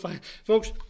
Folks